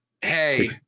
Hey